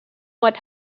what